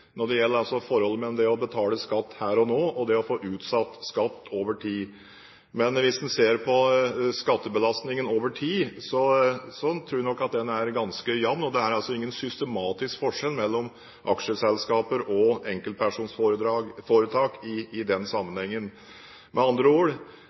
når det gjelder forholdet mellom det å betale skatt her og nå og det å få utsatt skatt over tid. Men hvis man ser på skattebelastningen over tid tror jeg nok at den er ganske jevn, og det er ikke noen systematisk forskjell mellom aksjeselskaper og enkeltpersonforetak i den sammenhengen. Med andre ord: Det ligger ingen skattekreditt i